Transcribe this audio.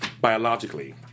biologically